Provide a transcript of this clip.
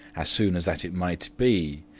as soon as that it mighte be,